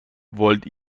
wollt